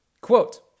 Quote